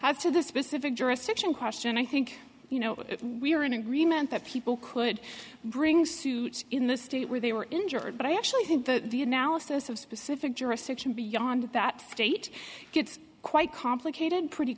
to the specific jurisdiction question i think you know we're in agreement that people could bring suit in the state where they were injured but i actually think that the analysis of specific jurisdiction beyond that state gets quite complicated pretty